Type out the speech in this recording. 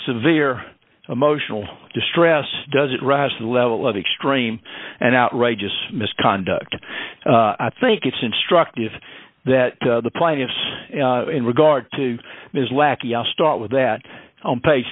severe emotional distress does it rise to the level of extreme and outrageous misconduct i think it's instructive that the plaintiffs in regard to ms lackey i'll start with that on pa